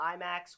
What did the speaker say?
IMAX